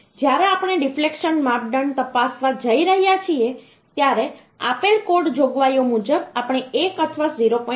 અને જ્યારે આપણે ડિફ્લેક્શન માપદંડ તપાસવા જઈ રહ્યા છીએ ત્યારે આપેલ કોડલ જોગવાઈઓ મુજબ આપણે 1 અથવા 0